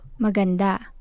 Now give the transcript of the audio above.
maganda